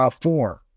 Four